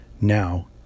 now